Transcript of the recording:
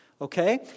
okay